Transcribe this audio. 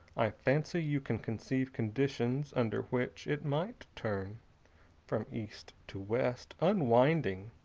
i fancy you can conceive conditions under which it might turn from east to west, unwinding,